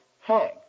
hang